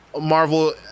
Marvel